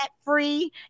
free